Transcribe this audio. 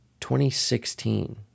2016